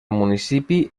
municipi